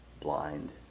blind